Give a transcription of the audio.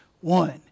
one